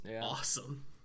awesome